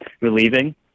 relieving